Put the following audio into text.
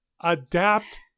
adapt